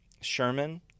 Sherman